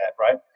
right